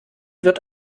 wird